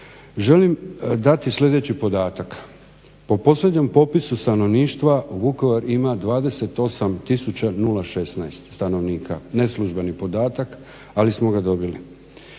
želim dati sljedeći podatak. Po posljednjem popisu stanovništva Vukovar ima 28 016 stanovnika, neslužbeni podatak, ali smo ga dobili.